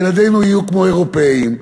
ילדינו יהיו כמו אירופים.